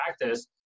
practice